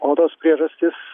odos priežastys